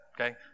okay